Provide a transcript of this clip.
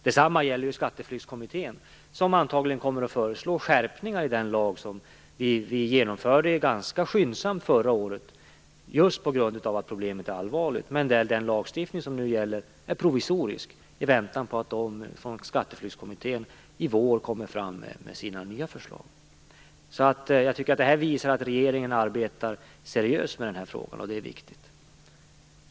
Detsamma gäller Skatteflyktskommittén, som antagligen kommer att föreslå skärpningar i den lag som vi genomförde förra året - ganska skyndsamt just på grund av att problemet är allvarligt. Den lagstiftning som nu gäller är provisorisk i väntan på att Skatteflyktskommittén i vår kommer med sina nya förslag. Jag tycker att detta visar att regeringen arbetar seriöst med den här frågan, och det är viktigt.